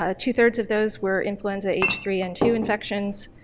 ah two-thirds of those were influenza h three n two infections,